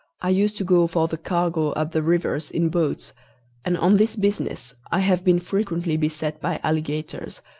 i used to go for the cargo up the rivers in boats and on this business i have been frequently beset by alligators,